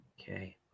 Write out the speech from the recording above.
Okay